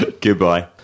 Goodbye